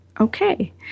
Okay